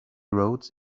roads